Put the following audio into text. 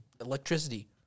electricity